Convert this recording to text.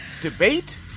debate